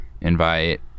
invite